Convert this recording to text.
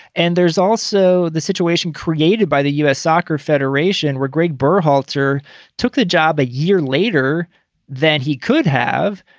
and there's also the situation created by the u s. soccer federation where greg halter took the job a year later than he could have.